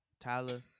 Tyler